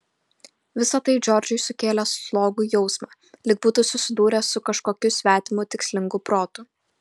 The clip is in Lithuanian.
visa tai džordžui sukėlė slogų jausmą lyg būtų susidūręs su kažkokiu svetimu tikslingu protu